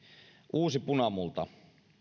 uusi punamulta